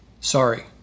sorry